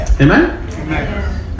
Amen